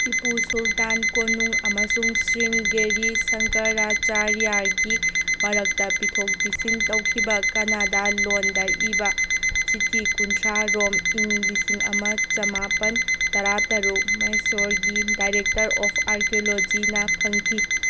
ꯇꯤꯄꯨ ꯁꯨꯜꯇꯥꯟ ꯀꯣꯅꯨꯡ ꯑꯃꯁꯨꯡ ꯁ꯭ꯔꯤꯟꯒꯦꯔꯤ ꯁꯪꯀꯔꯌꯥꯆꯥꯔꯤꯌꯥꯒꯤ ꯃꯔꯛꯇ ꯄꯤꯊꯣꯛ ꯄꯤꯁꯤꯟ ꯇꯧꯈꯤꯕ ꯀꯅꯥꯗꯥ ꯂꯣꯟꯗ ꯏꯕ ꯆꯤꯊꯤ ꯀꯨꯟꯊ꯭ꯔꯥꯔꯣꯝ ꯏꯪ ꯂꯤꯁꯤꯡ ꯑꯃ ꯆꯃꯥꯄꯜ ꯇꯔꯥ ꯇꯔꯨꯛ ꯃꯍꯦꯁꯣꯔꯒꯤ ꯗꯥꯏꯔꯦꯛꯇꯔ ꯑꯣꯐ ꯑꯥꯔꯀ꯭ꯌꯣꯂꯣꯖꯤꯅ ꯐꯪꯈꯤ